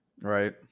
Right